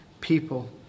people